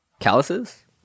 Calluses